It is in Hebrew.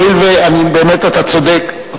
הואיל ובאמת אתה צודק.